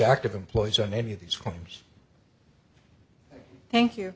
active employees on any of these claims thank you